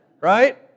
right